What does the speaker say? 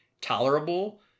tolerable